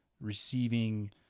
receiving